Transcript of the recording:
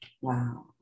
Wow